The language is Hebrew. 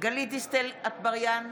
גלית דיסטל אטבריאן,